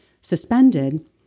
suspended